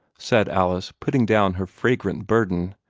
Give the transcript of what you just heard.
said alice, putting down her fragrant burden.